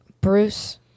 Bruce